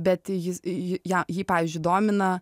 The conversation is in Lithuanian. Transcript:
bet jis ją jį pavyzdžiui domina